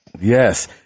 Yes